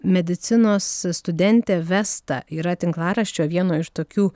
medicinos studentė vesta yra tinklaraščio vieno iš tokių